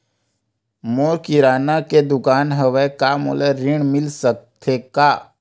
मोर किराना के दुकान हवय का मोला ऋण मिल सकथे का?